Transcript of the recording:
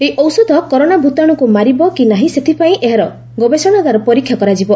ଏହି ଔଷଧ କରୋନା ଭୂତାଣୁକୁ ମାରିବ କି ନାହିଁ ସେଥିପାଇଁ ଏହାର ଗବେଷଣାଗାର ପରୀକ୍ଷା କରାଯିବ